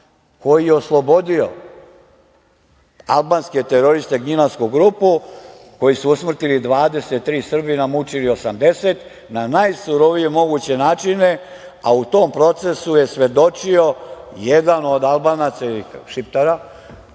koji je oslobodio albanske teroriste "Gnjilansku grupu" koju su usmrtili 23 Srbina, mučili 80, na najsurovije moguće načine, a u tom procesu je svedočio jedan od Albanaca ili Šiptara